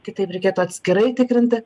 kitaip reikėtų atskirai tikrinti